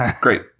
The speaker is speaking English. Great